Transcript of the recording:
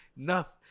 enough